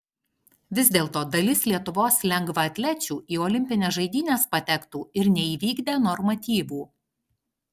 vis dėlto dalis lietuvos lengvaatlečių į olimpines žaidynes patektų ir neįvykdę normatyvų